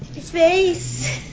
face